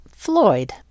Floyd